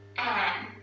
and,